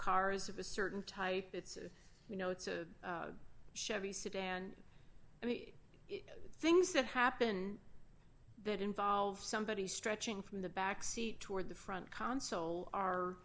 cars of a certain type it's you know it's a chevy sedan i mean things that happen that involve somebody stretching from the back seat toward the front console are